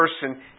person